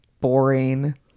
boring